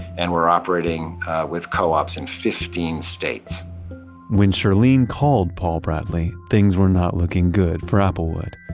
and we're operating with co-ops in fifteen states when shirlene called paul bradley, things were not looking good for applewood.